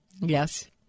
Yes